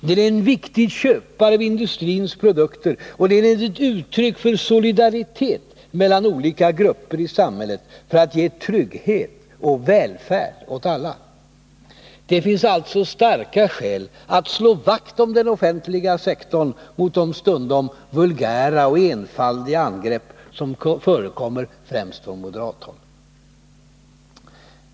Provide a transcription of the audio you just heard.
Den är en viktig köpare av industrins produkter, och den är ett uttryck för solidaritet mellan olika grupper i samhället för att ge trygghet och välfärd åt alla. Det finns alltså starka skäl att slå vakt om den offentliga sektorn mot de stundom vulgära och enfaldiga angrepp som förekommer från främst moderat håll.